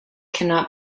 cannot